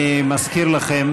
אני מזכיר לכם